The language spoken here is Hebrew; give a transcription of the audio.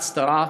הצדעה,